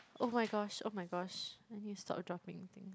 oh my gosh oh my gosh I need to stop dropping things